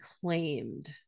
claimed